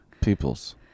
people's